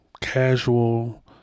casual